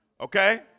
Okay